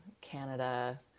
Canada